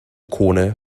corner